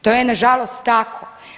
To je nažalost tako.